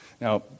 Now